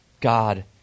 God